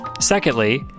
Secondly